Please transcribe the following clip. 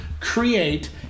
create